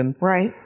right